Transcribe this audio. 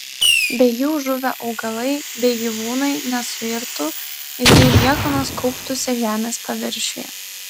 be jų žuvę augalai bei gyvūnai nesuirtų ir jų liekanos kauptųsi žemės paviršiuje